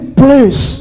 place